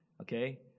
okay